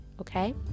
okay